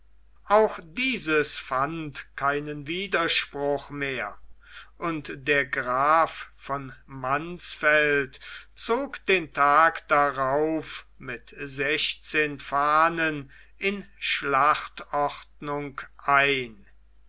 auch dieses fand keinen widerspruch mehr und der graf von mansfeld zog den tag darauf mit sechzehn fahnen in schlachtordnung ein